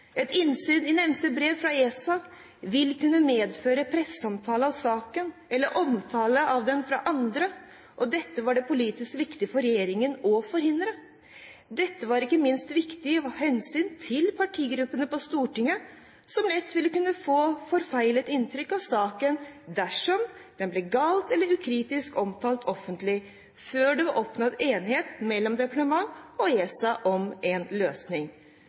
et brev til sivilombudsmannen 11. mai i år, som det er blitt henvist til tidligere, skriver Olje- og energidepartementet: «Et innsyn i nevnte brev fra ESA ville kunne medføre presseomtale av saken eller omtale av den fra andre, og dette var det politisk viktig for regjeringen å forhindre. Dette var ikke minst viktig av hensyn til partigruppene på Stortinget, som lett ville få forfeilede inntrykk av saken dersom den ble galt eller ukritisk omtalt offentlig.» Det